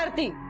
but be